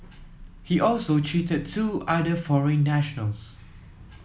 he also cheated two other foreign nationals